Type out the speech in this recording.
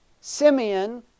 Simeon